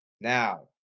Now